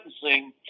sentencing